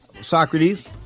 Socrates